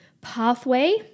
pathway